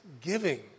giving